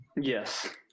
yes